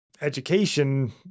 education